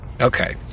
okay